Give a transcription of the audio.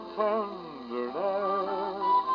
tenderness